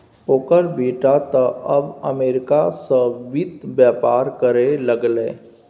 ओकर बेटा तँ आब अमरीका सँ वित्त बेपार करय लागलै